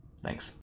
Thanks